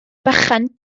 bychan